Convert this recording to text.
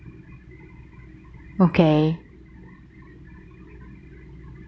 okay